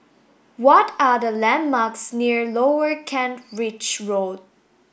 what are the landmarks near Lower Kent Ridge Road